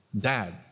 dad